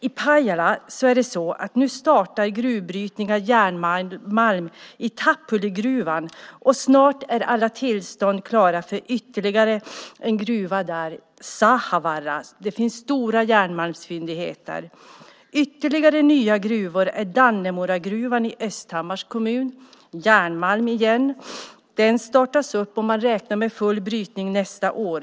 I Pajala startar nu gruvbrytning av järnmalm i Tapuligruvan, och snart är alla tillstånd klara för ytterligare en gruva där, Sahavaara. Där finns stora järnmalmsfyndigheter. Det finns ytterligare nya gruvor. Dannemoragruvan i Östhammars kommun, med järnmalm igen, kommer att startas och beräknas ha full brytning nästa år.